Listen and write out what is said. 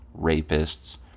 rapists